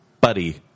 Buddy